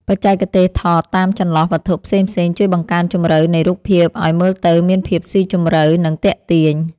បច្ចេកទេសថតតាមចន្លោះវត្ថុផ្សេងៗជួយបង្កើនជម្រៅនៃរូបភាពឱ្យមើលទៅមានភាពស៊ីជម្រៅ និង ទាក់ទាញ។